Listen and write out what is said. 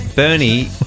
Bernie